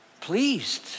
pleased